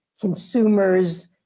consumers